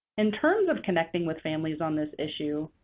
in terms of connecting with families on this issue,